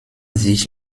sich